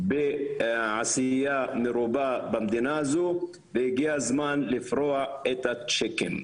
נודעת בעשייה מרובה במדינה הזו והגיע הזמן לפרוע את הצ'קים.